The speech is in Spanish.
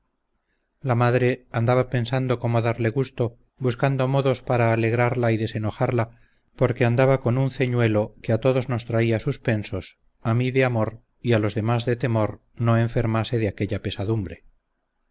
la madre andaba pensando cómo darle gusto buscando modos para alegrarla y desenojarla porque andaba con un ceñuelo que a todos nos traía suspensos a mi de amor y a los demás de temor no enfermase de aquella pesadumbre